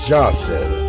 Johnson